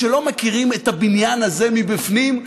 שלא מכירים את הבניין הזה מבפנים,